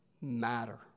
matter